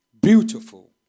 beautiful